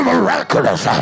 miraculous